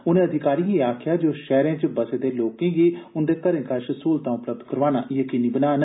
उनें अधिकारिएं गी आखेआ ऐ जे ओह शैहरें च बसे दे लोकें गी उंदे घरें कश स्हूलतां उपलब्ध करोआना यकीनी बनान